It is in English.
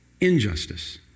injustice